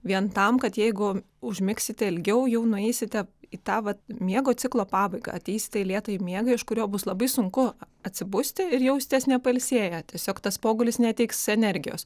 vien tam kad jeigu užmigsite ilgiau jau nueisite į tą vat miego ciklo pabaigą ateisite į lėtąjį miegą iš kurio bus labai sunku atsibusti ir jausitės nepailsėję tiesiog tas pogulis neteiks energijos